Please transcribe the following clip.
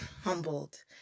humbled